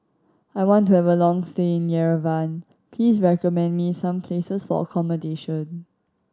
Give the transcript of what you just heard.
I want to have a long stay in Yerevan please recommend me some places for accommodation